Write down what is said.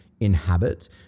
inhabit